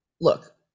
Look